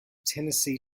tennessee